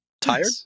Tired